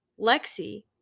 Lexi